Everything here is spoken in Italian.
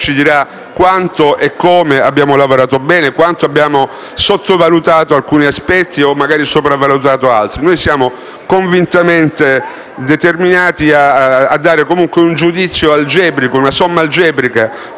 ci dirà quanto e come abbiamo lavorato bene e quanto e come abbiamo sottovalutato alcuni aspetti, magari sopravvalutandone altri. Noi siamo convintamente determinati a dare comunque un giudizio algebrico - basato su una somma algebrica